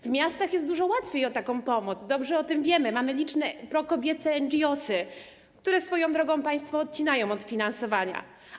W miastach jest dużo łatwiej o taką pomoc, dobrze o tym wiemy, mamy liczne prokobiece NGOs, które swoją drogą państwo odcinają od finansowania.